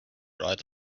right